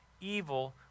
evil